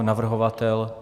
Navrhovatel?